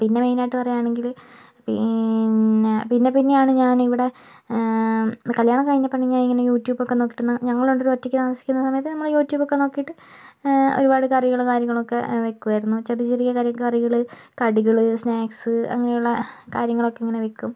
പിന്നെ മെയിനായിട്ട് പറയാണെങ്കില് പിന്നെ പിന്നെ പിന്നെയാണ് ഞാനിവിടെ കല്യാണം കഴിഞ്ഞപ്പമുണ്ടെങ്കിൽ ഞാനിങ്ങനെ യൂട്യൂബൊക്കെ നോക്കിട്ട് ഞങ്ങൾ രണ്ടുപേരും ഒറ്റയ്ക്ക് താമസിക്കുന്ന സമയത്ത് നമ്മള് യൂട്യൂബൊക്കെ നോക്കിയിട്ട് ഒരുപാട് കറികള് കാര്യങ്ങളൊക്കെ വെക്കുവായിരുന്നു ചെറിയ ചെറിയ കരി കറികള് കടികള് സ്നാക്സ് അങ്ങനെയുള്ള കാര്യങ്ങളൊക്കെ ഇങ്ങനെ വെക്കും